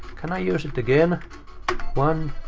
can i use it again? one.